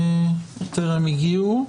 טרם הגיעו.